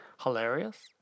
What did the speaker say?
Hilarious